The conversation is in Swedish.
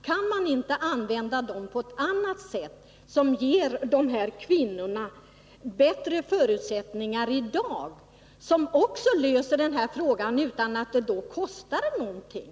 Kan man inte använda de pengarna på ett sätt, så att man ger de här kvinnorna bättre förutsättningar i dag och därtill löser ATP-frågan utan att det kostar någonting?